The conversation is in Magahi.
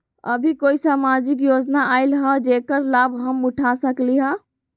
अभी कोई सामाजिक योजना आयल है जेकर लाभ हम उठा सकली ह?